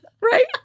Right